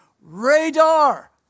radar